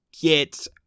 get